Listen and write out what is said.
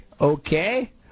Okay